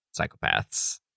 psychopaths